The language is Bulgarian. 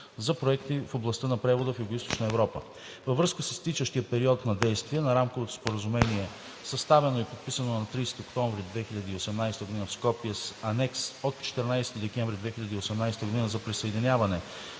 за проекти в областта на превода в Югоизточна Европа. Във връзка с изтичащия период на действие на Рамковото споразумение, съставено и подписано на 30 октомври 2018 г. в Скопие с Анекс от 14 декември 2018 г. за присъединяване